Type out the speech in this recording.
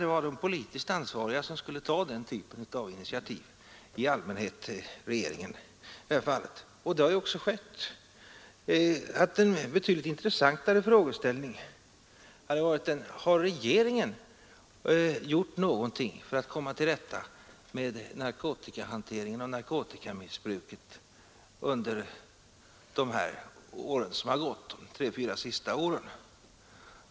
Det var de politiskt ansvariga som skulle ta den typen av initiativ, i allmänhet regeringen, och det har också skett. En betydligt intressantare frågeställning hade varit: Har regeringen gjort någonting för att komma till rätta med narkotikahanteringen och narkotikamissbruket under de tre fyra senaste åren?